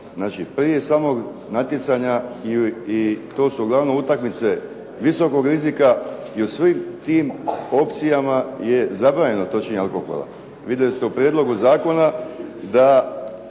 prije samoga natjecanja i to su uglavnom utakmice visokog rizika i u svim tim opcijama je zabranjeno točenje alkohola. Vidjeli ste u prijedlogu zakona da